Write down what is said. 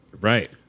right